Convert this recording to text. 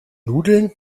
nudeln